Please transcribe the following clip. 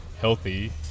healthy